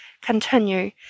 continue